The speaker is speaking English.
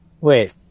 Wait